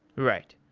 right.